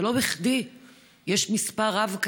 ולא בכדי יש מספר רב,